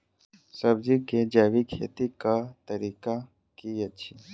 सब्जी केँ जैविक खेती कऽ तरीका की अछि?